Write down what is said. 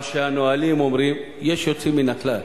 מה שהנהלים אומרים, יש יוצאים מן הכלל.